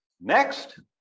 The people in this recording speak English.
Next